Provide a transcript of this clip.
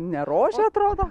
ne rožė atrodo